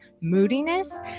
moodiness